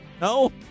No